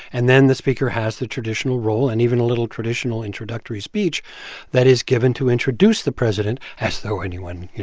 and then the speaker has the traditional role and even a little traditional introductory speech that is given to introduce the president, as though anyone, you